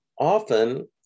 often